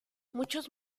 muchos